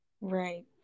Right